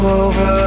over